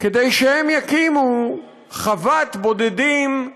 כדי שהם יקימו חוות בודדים בנגב,